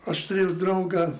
aš turėjau draugą